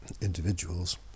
individuals